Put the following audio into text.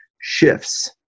shifts